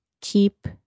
keep